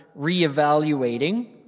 reevaluating